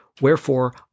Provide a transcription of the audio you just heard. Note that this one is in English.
Wherefore